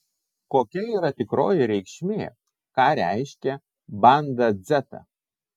kokia yra tikroji reikšmė ką reiškia banda dzeta